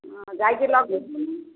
ହଁ ଯାଇକି ଲଗେଇଲନି